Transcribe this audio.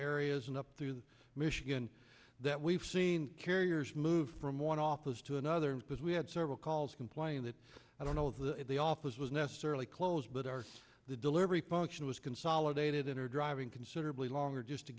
areas and up through michigan that we've seen carriers move from one office to another and because we had several calls complain that i don't know the office was necessarily close but ours the delivery function was consolidated and are driving considerably longer just to